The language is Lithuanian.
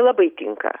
labai tinka